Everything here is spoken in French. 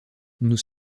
nous